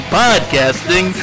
podcasting